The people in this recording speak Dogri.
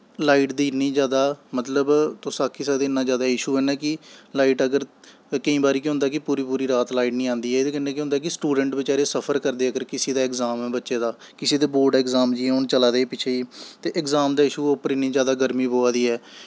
लाईट दी इन्नी जैदा मतलब तुस आक्खी सकदे इन्ना जैदा इशू ऐ ना लाईट अगर केह् होंदा कि केईं बारी पूरी पूरी रात लाईट नेईं आंदी ऐ एह्दे कन्नै केह् होंदा कि स्टुडैंट बचैरे सफर करदे अगर किसे दा अग़जाम ऐ बच्चे दा किसे दा बोर्ड़ अगंज़ाम जि'यां चला दे हे पिच्छें ते अग़ज़ाम दा इशू उप्परों इन्नी जैदा गर्मी पवा दी ऐ